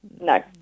No